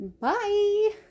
Bye